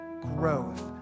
growth